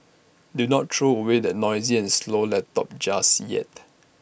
do not throw away that noisy and slow laptop just yet